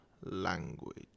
language